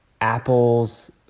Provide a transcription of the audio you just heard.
Apple's